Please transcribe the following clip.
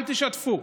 אל תשתפו,